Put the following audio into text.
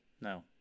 No